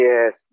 Yes